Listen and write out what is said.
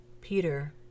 peter